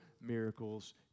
miracles